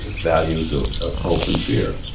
values of of hope and fear.